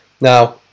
Now